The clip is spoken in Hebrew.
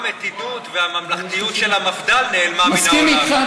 מסכים איתך.